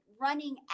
running